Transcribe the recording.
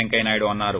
పెంకయ్యనాయుడు అన్సారు